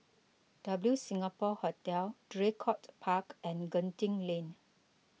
W Singapore Hotel Draycott Park and Genting Lane